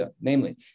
namely